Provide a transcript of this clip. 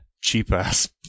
cheap-ass